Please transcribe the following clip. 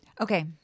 Okay